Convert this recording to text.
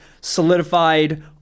solidified